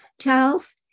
Charles